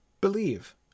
Believe